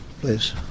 please